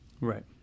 Right